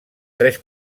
tres